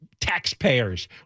taxpayers